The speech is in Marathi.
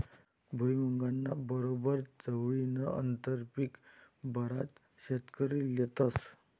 भुईमुंगना बरोबर चवळीनं आंतरपीक बराच शेतकरी लेतस